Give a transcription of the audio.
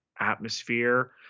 atmosphere